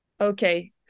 Okay